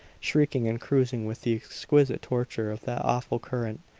shrieking and cursing with the exquisite torture of that awful current.